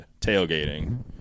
tailgating